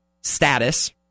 status